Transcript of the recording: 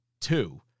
two